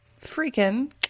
freaking